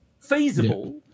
feasible